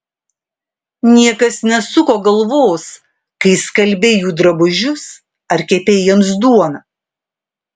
niekas nesuko galvos kai skalbei jų drabužius ar kepei jiems duoną